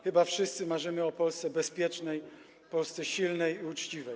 Chyba wszyscy marzymy o Polsce bezpiecznej, Polsce silnej i uczciwej.